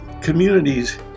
communities